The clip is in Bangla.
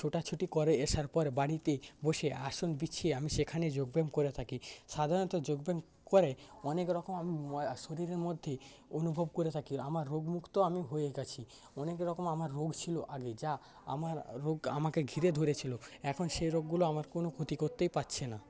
ছোটাছুটি করে এসার পর বাড়িতে বসে আসন বিছিয়ে আমি সেখানে যোগব্যায়াম করে থাকি সাধারণত যোগব্যায়াম করে অনেক রকম আমি শরীরের মধ্যে অনুভব করে থাকি আমার রোগমুক্ত আমি হয়ে গেছি অনেক রকম আমার রোগ ছিলো আগে যা আমার রোগ আমাকে ঘিরে ধরেছিলো এখন সেই রোগগুলো আমার কোনো ক্ষতি করতেই পারছে না